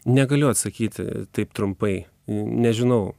negaliu atsakyti taip trumpai nežinau